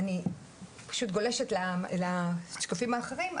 אני פשוט גולשת לשקפים האחרים,